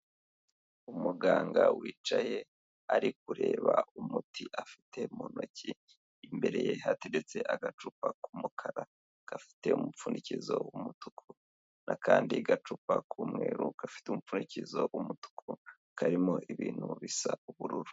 Umuganga wicaye ari kureba umuti afite mu ntoki, imbere ye hateretse agacupa k'umukara gafite umupfundikizo w'umutuku, n'akandi gacupa k'umweru gafite umupfundikizo w'umutuku karimo ibintu bisa ubururu.